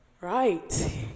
Right